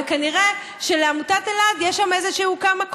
וכנראה שלעמותת אלעד יש שם כמה קולות,